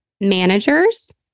managers